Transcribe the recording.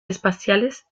espaciales